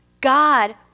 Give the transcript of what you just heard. God